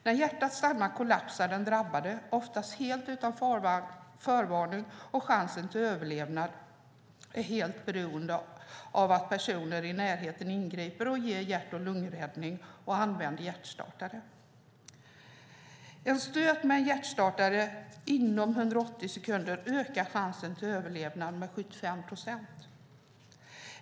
När hjärtat stannar kollapsar den drabbade, oftast helt utan förvarning, och chansen till överlevnad är helt beroende av att personer i närheten ingriper och ger hjärt-lungräddning och använder hjärtstartare. En stöt med en hjärtstartare inom 180 sekunder ökar chansen till överlevnad med 75 procent."